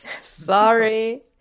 Sorry